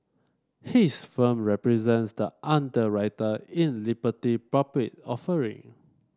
his firm represents the underwriter in Liberty public offering